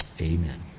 amen